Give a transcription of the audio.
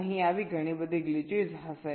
અહીં આવી ઘણી બધી ગ્લિચિસ હશે